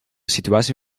situatie